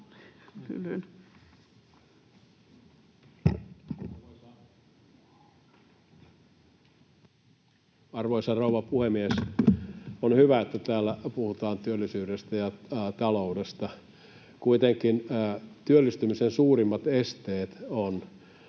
Arvoisa rouva puhemies! On hyvä, että täällä puhutaan työllisyydestä ja taloudesta. Kuitenkin työllistymisen suurimmat esteet ovat